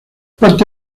parte